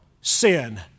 sin